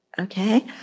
Okay